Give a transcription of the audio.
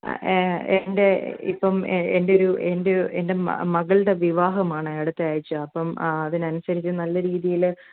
എന്റെ ഇപ്പം എൻറ്റൊരു എന്റെ എന്റെ മകളുടെ വിവാഹമാണ് അടുത്താഴ്ച്ച അപ്പം അതിനനുസരിച്ച് നല്ല രീതീൽ